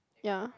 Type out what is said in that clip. ya